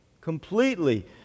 Completely